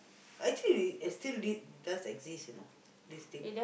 actually i~ still d~ does exist you know this thing